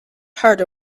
harder